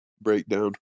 breakdown